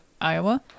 Iowa